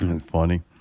Funny